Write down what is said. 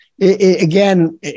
again